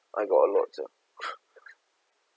I got a lot sia